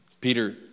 Peter